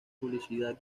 publicidad